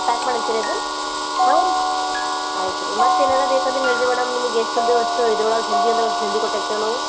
pack ಮಾಡಂತಿರೇನುರಿ ಹಾಂ ರೀ ಆಯ್ತು ರೀ ಮತ್ತೇನಾರು ಬೇಕಂದ್ರೆ ಹೇಳಿರಿ ಮೇಡಮ್ ನಿಮಗೆ ಎಷ್ಟು ಅಂದ್ರೆ ಅಷ್ಟು ಇದ್ರೊಳಗೆ ಜಲ್ದಿ ಅಂದರೆ ಅಷ್ಟು ಜಲ್ದಿ ಕೊಟ್ಟಕ್ತೆವೆ ನಾವು